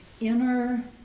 inner